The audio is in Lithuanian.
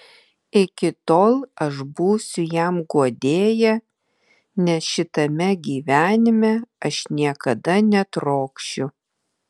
iki tol aš būsiu jam guodėja nes šitame gyvenime aš niekada netrokšiu